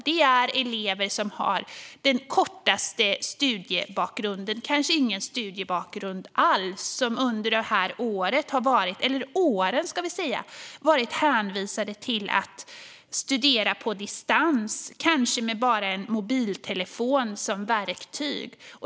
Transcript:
Det är de elever som har den kortaste studiebakgrunden, kanske ingen studiebakgrund alls, och som under de här åren har varit hänvisade till att studera på distans, kanske med bara en mobiltelefon som verktyg.